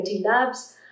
labs